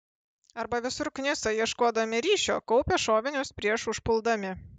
arba visur knisa ieškodami ryšio kaupia šovinius prieš užpuldami